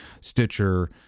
Stitcher